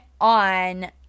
on